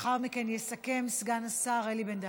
לאחר מכן יסכם סגן השר אלי בן-דהן.